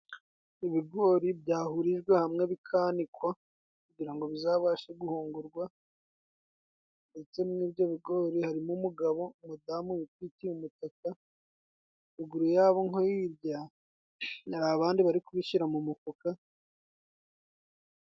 Ibigori byahurijwe hamwe bikanikwa, kugira ngo bizabashe guhungurwa, ndetse mwibyo bigori harimo umugabo ,umudamu witwikiye umutaka ruguru yabo nko hirya hari abandi bari kubishira mu mufuka.